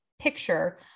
picture